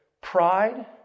Pride